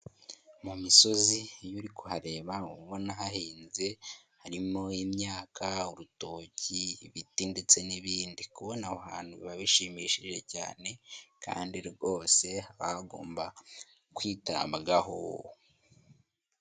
Mu misozi iyo uri kuhareba uba ubona hahinze, harimo imyaka, urutoki, ibiti ndetse n'ibindi, kubona aho hantu biba bishimishije cyane kandi rwose haba hagomba kwitabwaho.